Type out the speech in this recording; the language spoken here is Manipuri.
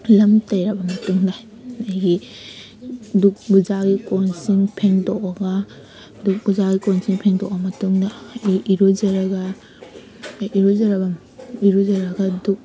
ꯂꯝ ꯇꯩꯔꯕ ꯃꯇꯨꯡꯗ ꯑꯩꯒꯤ ꯗꯨꯛ ꯄꯨꯖꯥꯒꯤ ꯀꯣꯟꯁꯤꯡ ꯐꯦꯡꯗꯣꯛꯑꯒ ꯗꯨꯛ ꯄꯨꯖꯥꯒꯤ ꯀꯣꯟꯁꯤꯡ ꯐꯦꯡꯗꯣꯛꯑꯕ ꯃꯇꯨꯡꯗ ꯑꯩ ꯏꯔꯨꯖꯔꯒ ꯑꯩ ꯏꯔꯨꯖꯔꯕ ꯏꯔꯨꯖꯔꯒ ꯗꯨꯛ